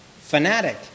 Fanatic